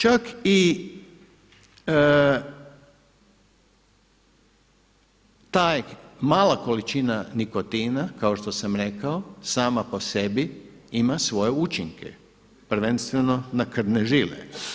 Čak i ta mala količina nikotina, kao što sam rekao, sama po sebi ima svoje učinke, prvenstveno na krvne žile.